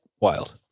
Wild